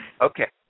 okay